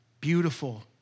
beautiful